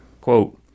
Quote